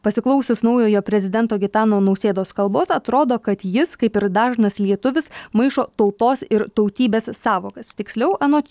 pasiklausius naujojo prezidento gitano nausėdos kalbos atrodo kad jis kaip ir dažnas lietuvis maišo tautos ir tautybės sąvokas tiksliau anot